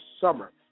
summer